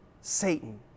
Satan